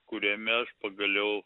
kuriame aš pagaliau